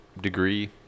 degree